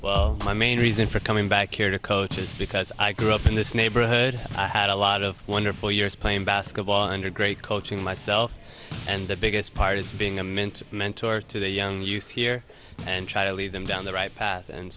friend my main reason for coming back here to coach is because i grew up in this neighborhood i had a lot of wonderful years playing basketball under great coaching myself and the biggest part is being a meant a mentor to the young youth here and try to lead them down the right path and